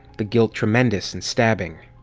the guilt tremendous and stabbing.